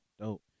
dope